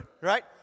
Right